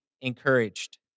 encouraged